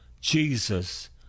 Jesus